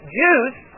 juice